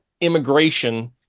immigration